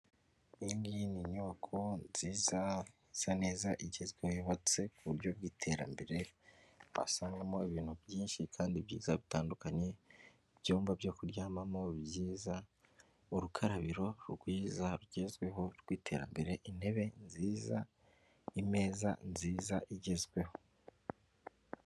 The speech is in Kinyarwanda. Iyi ni inyubako nziza isa neza igezweho yubatse kuburyo bwiterambere, usangamo ibintu byinshi kandi byiza bitandukanye, ibyumba byo kuryamamo byiza, urukarabiro rwiza rugezweho rwiterambere, intebe nziza, imeza nziza igezweho.